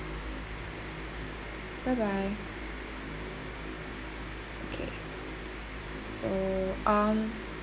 bye bye okay so um